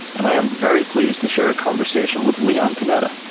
and i am very pleased to share a conversation with leon panetta,